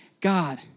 God